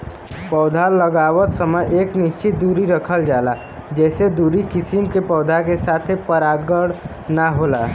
पौधा लगावत समय एक निश्चित दुरी रखल जाला जेसे दूसरी किसिम के पौधा के साथे परागण ना होला